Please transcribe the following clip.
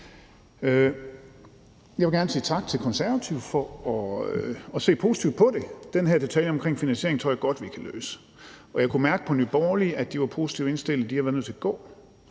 Jeg vil gerne sige tak til Konservative for at se positivt på det. Den her detalje omkring finansieringen tror jeg godt vi kan løse. Og jeg kunne mærke på Nye Borgerlige, at de var positivt indstillet. De har været nødt til at gå,